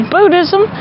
Buddhism